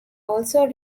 also